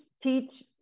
teach